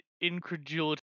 incredulity